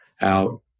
out